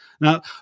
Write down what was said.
Now